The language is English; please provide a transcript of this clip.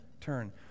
turn